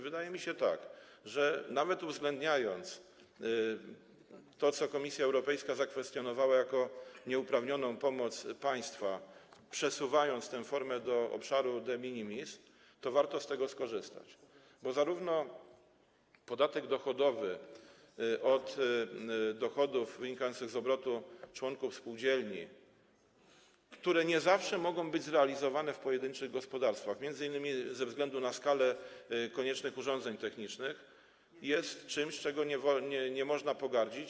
Wydaje mi się, nawet uwzględniając to, co Komisja Europejska zakwestionowała jako nieuprawnioną pomoc państwa, przesuwając tę formę do obszaru de minimis, że warto z tego skorzystać, bo nawet podatek dochodowy od dochodów wynikających z obrotu dokonywanego przez członków spółdzielni, które nie zawsze mogą być zrealizowane w pojedynczych gospodarstwach, m.in. ze względu na skalę dotyczącą koniecznych urządzeń technicznych, jest czymś, czym nie można pogardzić.